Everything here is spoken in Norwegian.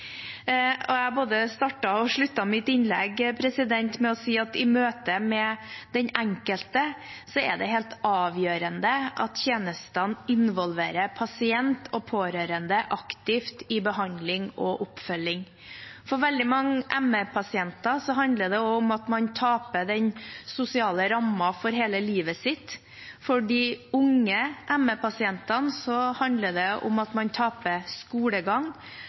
og omsorgsdepartementet. Jeg både startet og sluttet mitt innlegg med å si at i møte med den enkelte er det helt avgjørende at tjenestene involverer pasient og pårørende aktivt i behandling og oppfølging. For veldig mange ME-pasienter handler det også om at man taper den sosiale rammen for hele livet sitt. For de unge ME-pasientene handler det om at man taper skolegang.